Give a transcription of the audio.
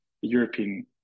European